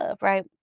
Right